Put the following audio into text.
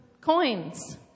coins